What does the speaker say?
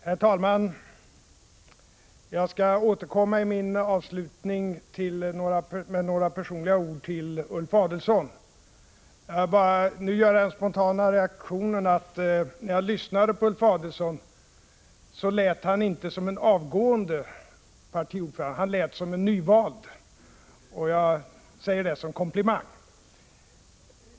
Herr talman! Jag skall återkomma i min avslutning med några personliga ord till Ulf Adelsohn. Jag vill bara nu göra den spontana reflexionen att när jag lyssnade på Ulf Adelsohn lät han inte som en avgående partiordförande utan som en nyvald. Jag säger det som en komplimang.